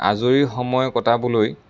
আজৰি সময় কটাবলৈ